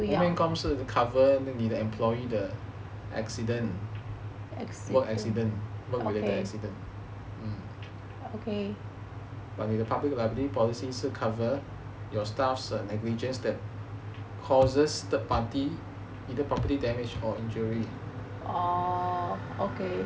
不是 workman comp 是 cover 你的 employee 的 accident work accident work related accident but 你的 public liability policy 是 cover your staff's negligence that causes third party either property damage or injury